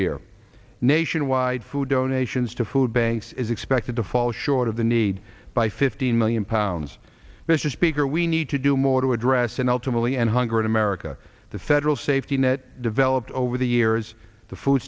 year nationwide food donations to food banks is expected to fall short of the need by fifteen million pounds mr speaker we need to do more to address and ultimately end hunger in america the federal safety net developed over the years the food